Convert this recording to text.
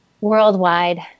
worldwide